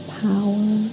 power